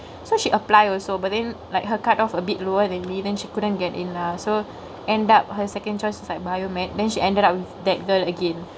so she apply also but then like her cut off a bit lower than me then she couldn't get in lah so end up her second choice is like biomed then she ended up with that girl again